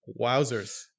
Wowzers